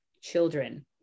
children